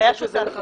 אנחנו